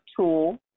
tool